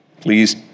please